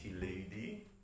lady